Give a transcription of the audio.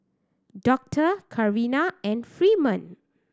Doctor Carina and Freeman